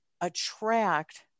attract